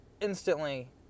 instantly